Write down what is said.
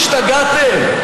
השתגעתם?